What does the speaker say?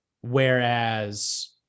Whereas